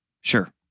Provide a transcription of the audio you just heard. Sure